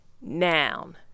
noun